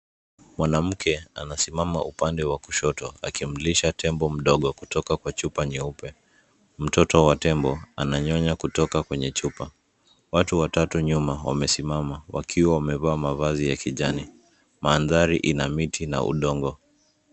Mwanamke anasimama upande wa kushoto akimlisha tembo mdogo kutoka kwa chupa nyeupe. Mtoto wa tembo ananyonya kutoka kwenye chupa. Watu watatu nyuma wamesimama wakiwa wamevaa mavazi ya kijani. Mandhari ina miti na udongo.